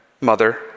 mother